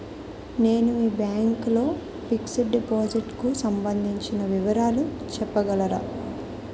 నేను మీ బ్యాంక్ లో ఫిక్సడ్ డెపోసిట్ కు సంబందించిన వివరాలు చెప్పగలరా?